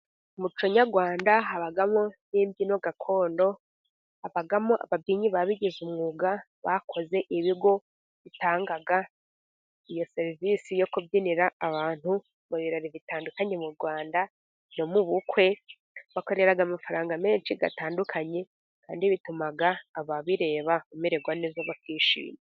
Mu muco nyarwanda habamo n'imbyino gakondo, habamo ababyinnyi babigize umwuga, bakoze ibigo bitanga iyo serivisi yo kubyinira abantu mu birori bitandukanye mu Rwanda, no mu bukwe bakorera amafaranga menshi atandukanye kandi bituma ababireba bamererwa neza bakishima.